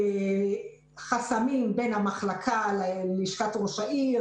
בגלל חסמים בין המחלקה ללשכת ראש העיר,